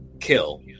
kill